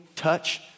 touch